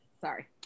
Sorry